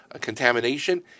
contamination